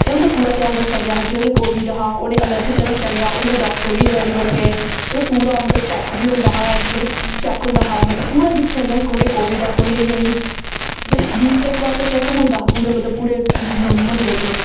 ते ओह् उं'दा पूरा ध्यान रक्खेआ गेआ हा जिनेंगी कोविड हा उ'नेंगी अलग रक्खेआ च गेआ उंदे डाक्टर बी अवेलेवल ऐ होर पूरा मतलब चैक बी होंदा हा मतलब चैक होंदा हा मतलब पूरा दिक्खेआ जंदा हा कु'नें गी कोविड ऐ कु'नें गी नेईं मतलब वीक च इक बारी ते चैक होंदा हा मतलब पूरे म्हल्ले च